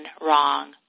wrong